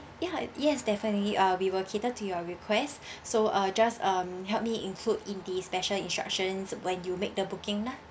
yeah yes definitely uh we will cater to your request so uh just um help me include in the special instructions when you make the booking lah